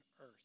earth